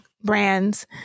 brands